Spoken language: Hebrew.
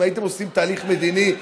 אם הייתם עושים תהליך מדיני,